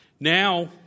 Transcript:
Now